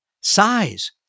size